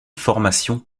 formation